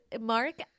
Mark